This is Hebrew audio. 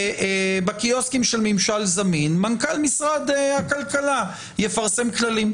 ובקיוסקים של ממשל זמין מנכ"ל משרד הכלכלה יפרסם כללים?